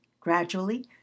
Gradually